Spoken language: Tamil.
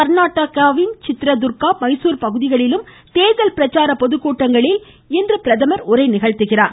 கர்நாடகாவின் சித்ரதுர்கா மைசூர் பகுதிகளிலும் தேர்தல் பிரச்சார பொதுக்கூட்டங்களில் இன்று பிரதமர் உரையாற்றுகிறார்